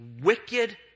wicked